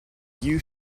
you